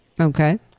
okay